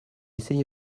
essayé